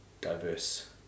diverse